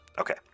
Okay